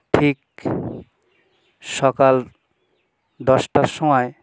ঠিক সকাল দশটার সময়